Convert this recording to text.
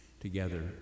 together